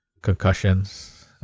concussions